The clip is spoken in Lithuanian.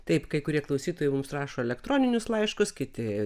taip kai kurie klausytojai mums rašo elektroninius laiškus kiti